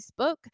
Facebook